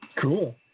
Cool